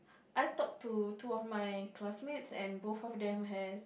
I talk to two of my classmates and both of them has